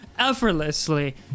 effortlessly